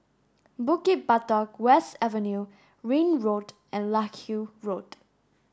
Bukit Batok West Avenue Ring Road and Larkhill Road